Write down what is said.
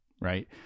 Right